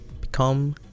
become